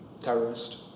terrorist